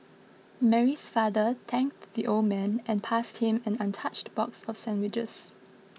Mary's father thanked the old man and passed him an untouched box of sandwiches